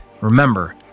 Remember